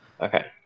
Okay